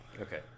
Okay